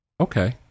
Okay